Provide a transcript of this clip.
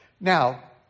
Now